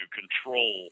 control